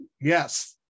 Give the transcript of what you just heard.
yes